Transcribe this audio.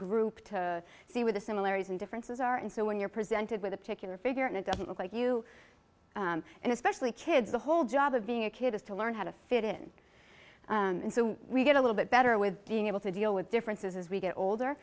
group to see what the similarities and differences are and so when you're presented with a particular figure and it doesn't look like you and especially kids the whole job of being a kid is to learn how to fit in and so we get a little bit better with being able to deal with differences as we get older